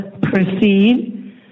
proceed